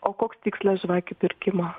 o koks tikslas žvakių pirkimo